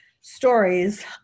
stories